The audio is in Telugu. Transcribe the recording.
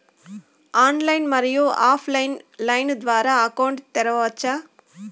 ఆన్లైన్, మరియు ఆఫ్ లైను లైన్ ద్వారా అకౌంట్ తెరవచ్చా?